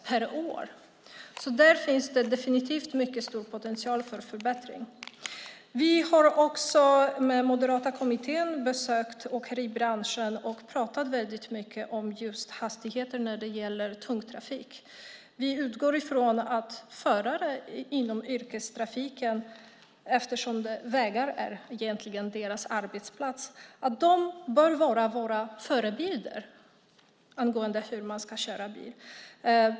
Där finns det definitivt stor potential för förbättring. Den moderata kommittén i trafikutskottet har besökt åkeribranschen och talat mycket om hastigheter när det gäller tung trafik. Förare i yrkestrafiken borde vara förebilder när det gäller hur man ska köra eftersom vägarna är deras arbetsplatser.